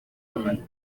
women